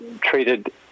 treated